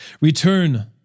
Return